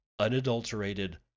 unadulterated